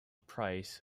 price